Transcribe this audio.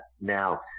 Now